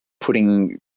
putting